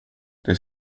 det